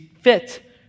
fit